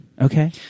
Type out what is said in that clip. Okay